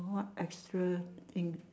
what extra thing